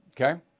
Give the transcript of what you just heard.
Okay